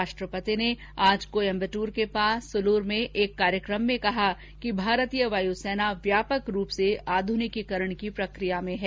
राष्ट्रपति ने आज कोयम्बटूर के पास सुलूर में एक कार्यक्रम में कहा कि भारतीय वायुसेना व्यापक रूप से आध्रनिकीकरण की प्रक्रिया में है